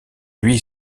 lui